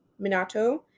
Minato